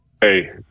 Hey